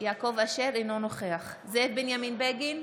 אינו נוכח זאב בנימין בגין,